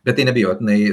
bet tai neabejotinai